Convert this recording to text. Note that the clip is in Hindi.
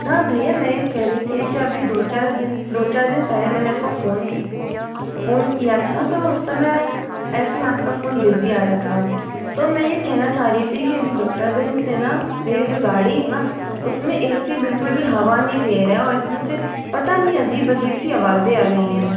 हाँ भैया मैं यह कह रही थी कि अभी दो चार दिन दो चार दिन पहले मैंने आपको फ़ोन कि फ़ोन किया था तो उस समय आई थिंक आपका फ़ोन बिज़ी आ रहा था तो मैं यह कहना चाह रही थी कि अभी दो चार दिन से न मेरी जो गाड़ी है न उसमें ए सी बिल्कुल भी हवा नहीं दे रहा है और उसमें से पता नहीं अजीब अजीब सी आवाज़ें आ रही हैं